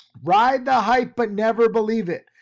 ride the hype, but never believe it.